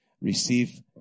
receive